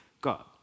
God